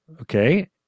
okay